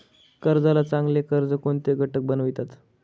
कर्जाला चांगले कर्ज कोणते घटक बनवितात?